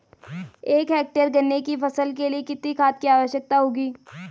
एक हेक्टेयर गन्ने की फसल के लिए कितनी खाद की आवश्यकता होगी?